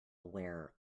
where